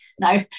no